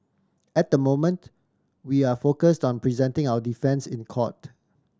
at the moment we are focus on presenting our defence in court